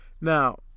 Now